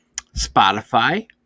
Spotify